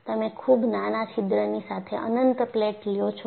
તમે ખૂબ નાના છિદ્રની સાથે અનંત પ્લેટ લ્યો છો